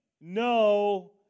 no